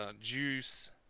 Juice